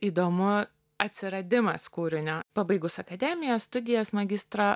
įdomu atsiradimas kūrinio pabaigus akademiją studijas magistro